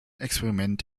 experiment